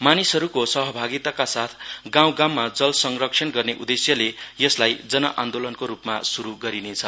मानिसहरूको सहभागिताका साथ गाउँ गाउँमा जल संरक्षण गर्ने उद्देश्यले यसलाई जन आन्देलनको रूपमा शुरु गरिनेछ